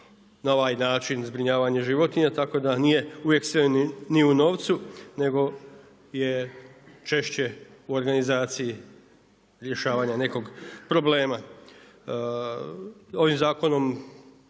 na ovaj način zbrinjavanje životinja tako da nije uvijek sve ni u novcu nego je češće u organizaciji rješavanja nekog problema. Ovim zakonom